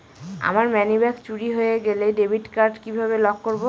আমার মানিব্যাগ চুরি হয়ে গেলে ডেবিট কার্ড কিভাবে লক করব?